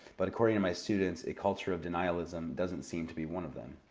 but, according to my students, a culture of denialism doesn't seem to be one of them.